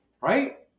right